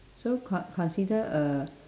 so con~ consider a